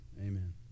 amen